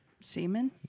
semen